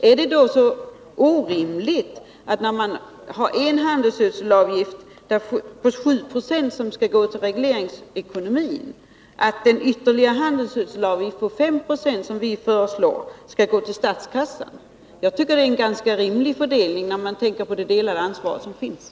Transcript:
Är det då så orimligt, när det gäller en handelsgödselavgift på 7960 som skall gå till regleringsekonomin, att en ytterligare handelsgödselavgift på 5 96, som vi föreslår, skall gå till statskassan? Jag tycker att det är en ganska rimlig fördelning, när man tänker på att det är ett delat ansvar.